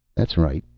that's right.